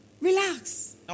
relax